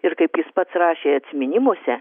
ir kaip jis pats rašė atsiminimuose